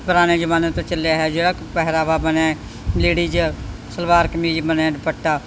ਪੁਰਾਣੇ ਜ਼ਮਾਨੇ ਤੋਂ ਚੱਲਿਆ ਹੈ ਜਿਹੜਾ ਪਹਿਰਾਵਾ ਬਣਿਆ ਲੇਡੀਜ ਸਲਵਾਰ ਕਮੀਜ਼ ਬਣਿਆ ਦੁਪੱਟਾ